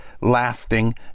lasting